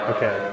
Okay